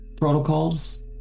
protocols